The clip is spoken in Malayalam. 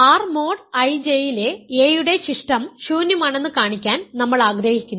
R മോഡ് IJ യിലെ a യുടെ ശിഷ്ടം ശൂന്യമാണെന്ന് കാണിക്കാൻ നമ്മൾ ആഗ്രഹിക്കുന്നു